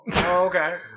okay